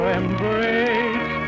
embrace